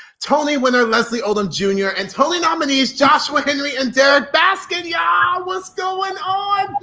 tony winner leslie odom jr, and tony nominees, joshua henry and derrick baskin ya'll, what's going on